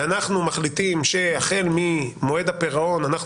ואנחנו מחליטים שהחל ממועד הפירעון אנחנו